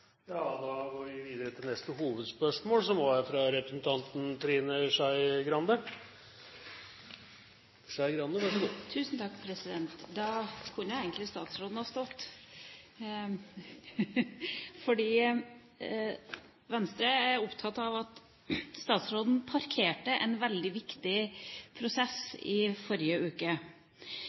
Da går vi videre til neste hovedspørsmål. Statsråden kunne egentlig blitt stående, fordi Venstre er opptatt av at statsråden parkerte en veldig viktig prosess i forrige uke. I denne salen har man gjentatte ganger i alle skoledebatter man har hatt, ment at